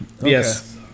Yes